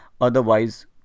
otherwise